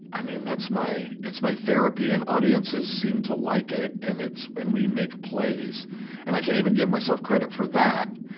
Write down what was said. i mean, that's my, it's my therapy. and audiences seem to like it. and it's, and we make plays. and i can't even get myself credit for that.